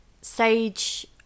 Sage